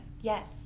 Yes